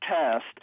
test